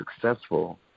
successful